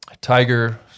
Tiger